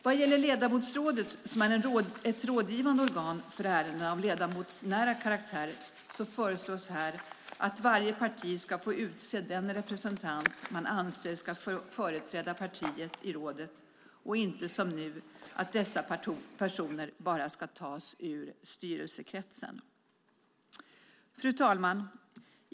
Vad gäller ledamotsrådet, som är ett rådgivande organ för ärenden av ledamotsnära karaktär, föreslås att varje parti ska få utse den representant man anser ska företräda partiet i rådet och inte som nu att dessa personer ska tas bara ur styrelsekretsen. Fru talman!